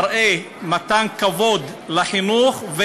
מראה מתן כבוד לחינוך,